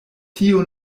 tio